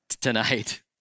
tonight